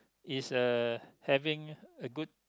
is uh having a good